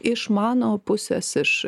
iš mano pusės iš